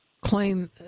claim